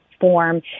form